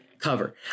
cover